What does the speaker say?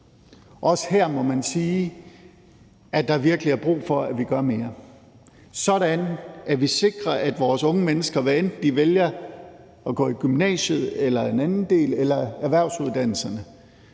Også her må man sige, at der virkelig er brug for, at vi gør mere, sådan at vi sikrer, at vores unge mennesker, hvad enten de vælger at gå i gymnasiet eller at gå en anden vej eller vælger erhvervsuddannelserne,